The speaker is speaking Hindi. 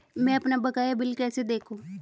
मैं अपना बकाया बिल कैसे देखूं?